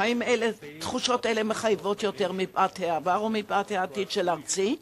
האם תחושות אלה מחייבות יותר מפאת העבר או מפאת העתיד של ארצי,